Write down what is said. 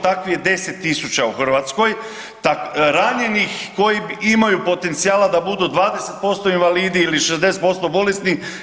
Takvih je 10 000 u Hrvatskoj ranjenih koji imaju potencijala da budu 20% invalidi ili 60% bolesni.